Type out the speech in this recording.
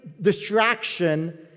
distraction